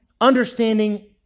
understanding